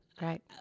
Right